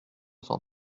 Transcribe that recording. cent